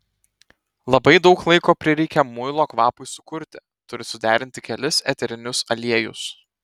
labai daug laiko prireikia muilo kvapui sukurti turi suderinti kelis eterinius aliejus